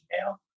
email